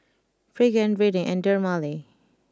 Pregain Rene and Dermale